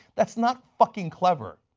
that is not fucking clever,